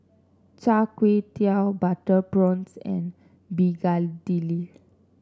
Char Kway Teow Butter Prawns and begedil